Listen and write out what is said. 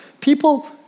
people